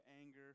anger